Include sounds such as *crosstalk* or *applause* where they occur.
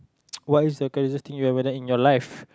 *noise* what is the craziest thing you've ever done in your life